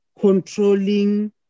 controlling